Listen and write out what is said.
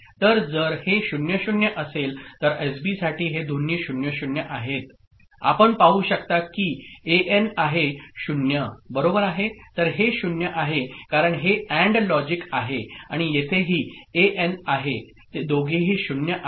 तर जर हे 0 0 असेल तर एसबीसाठी हे दोन्ही 0 0 आहेत आपण पाहु शकता की एएन आहे 0 बरोबर आहे तर हे 0 आहे कारण हे AND लॉजिक आहे आणि येथेही एएन आहे ते दोघेही 0 आहेत